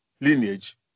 lineage